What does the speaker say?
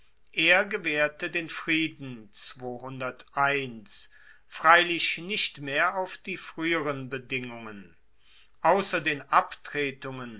er gewaehrte den frieden freilich nicht mehr auf die frueheren bedingungen ausser den abtretungen